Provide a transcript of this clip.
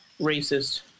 racist